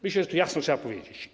Myślę, że to jasno trzeba powiedzieć.